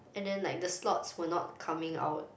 and then like the slots were not coming out